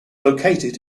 located